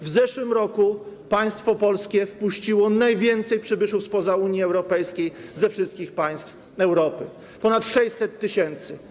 W zeszłym roku państwo polskie wpuściło najwięcej przybyszów spoza Unii Europejskiej ze wszystkich państw Europy - ponad 600 tys.